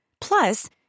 Plus